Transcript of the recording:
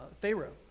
Pharaoh